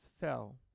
fell